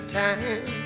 time